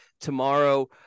tomorrow